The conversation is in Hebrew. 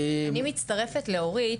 אני מצטרפת לאורית.